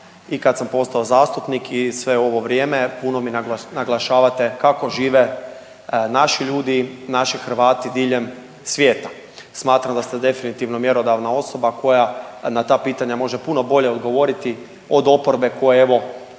i kad sam postao zastupnik i sve ovo vrijeme puno naglašavate kako žive naši ljudi, naši Hrvati diljem svijeta. Smatram da ste definitivno mjerodavna osoba koja na ta pitanja može puno bolje odgovoriti od oporbe koje evo